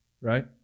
Right